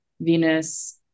Venus